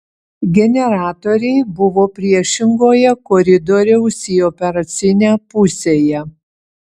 generatoriai buvo priešingoje koridoriaus į operacinę pusėje